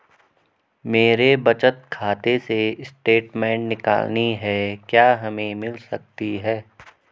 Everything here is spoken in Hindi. मेरे बचत खाते से स्टेटमेंट निकालनी है क्या हमें मिल सकती है?